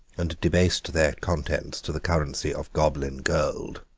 and debased their contents to the currency of goblin gold.